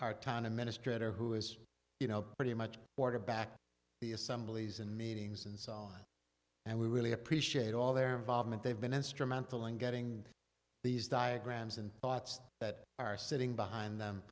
our town a minister who is you know pretty much border back the assemblies and meetings and so on and we really appreciate all their vomit they've been instrumental in getting these diagrams and thoughts that are sitting behind them